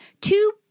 Two